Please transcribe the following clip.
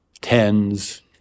tens